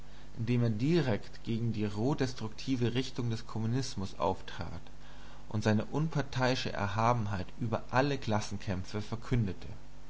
indem er direkt gegen die rohdestruktive richtung des kommunismus auftrat und seine unparteiische erhabenheit über alle klassenkämpfe verkündete